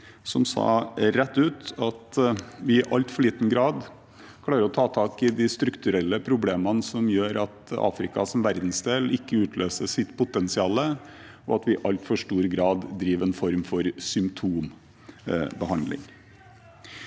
som sa rett ut at vi i altfor liten grad klarer å ta tak i de strukturelle problemene som gjør at Afrika som verdensdel ikke utløser sitt potensial, og at vi i altfor stor grad driver en form for symptombehandling.